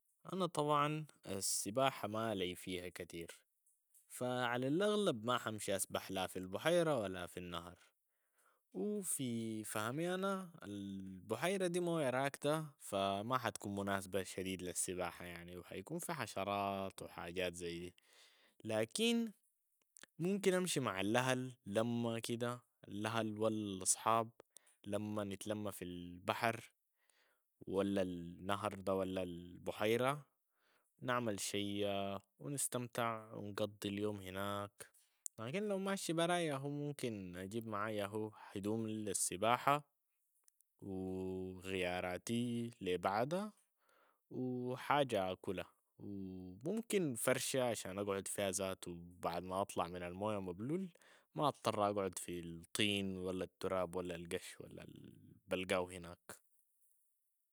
أنا طبعا السباحة ما لي فيها كتير فعلى الأغلب ما حمشي أسبح لا في البحيرة ولا في النهر و في فهمي أنا البحيرة دي موية راكدة فما حتكون مناسبة شديد للسباحة يعني و حيكون في حشرات و حاجات زي، لكن ممكن أمشي مع الاهل لمة كده الاهل و الصحاب لمة، نتلمة في البحر ولا النهر ده ولا البحيرة، نعمل شية و نستمتع و نقضي اليوم هناك، لكن لو ماشي براي ياهو ممكن اجيب معاي ياهو هدوم للسباحة و غياراتي لبعدها و حاجة اكلها و ممكن فرشة عشان اقعد فيها ذاتو بعد ما اطلع من المويه مبلول، ما اطر اقعد في الطين ولا التراب ولا القش ولا البلقاو هناك.